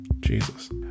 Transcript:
Jesus